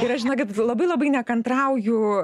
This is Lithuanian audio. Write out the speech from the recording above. ir aš žinokit labai labai nekantrauju